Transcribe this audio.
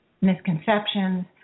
misconceptions